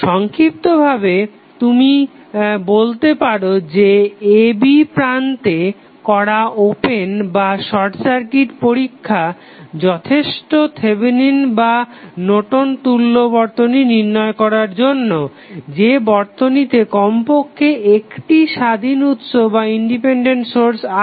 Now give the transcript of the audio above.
সংক্ষিপ্তভাবে তুমি বলতে পারো যে a b প্রান্তে করা ওপেন বা শর্ট সার্কিট পরীক্ষা যথেষ্ট থেভেনিন বা নর্টন'স তুল্য বর্তনী নির্ণয় করার জন্য যে বর্তনীতে কমপক্ষে একটি স্বাধীন উৎস আছে